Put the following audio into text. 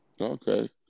Okay